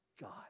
God